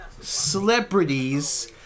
celebrities